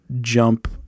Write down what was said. jump